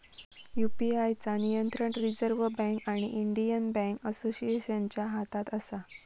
UPI चा नियंत्रण Reserve Bank आणि इंडियन बॅन्क असोसिएशनच्या हातात असा